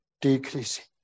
decreasing